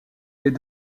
est